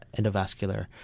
endovascular